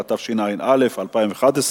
התשע"א 2011,